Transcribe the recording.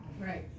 Right